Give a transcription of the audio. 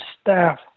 staff